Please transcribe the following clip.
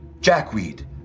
Jackweed